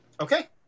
Okay